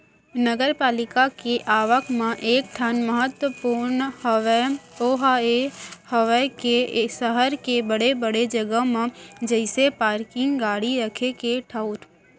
नगरपालिका के आवक म एक ठन महत्वपूर्न हवय ओहा ये हवय के सहर के बड़े बड़े जगा म जइसे पारकिंग गाड़ी रखे के ठऊर